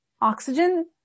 Oxygen